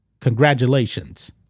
Congratulations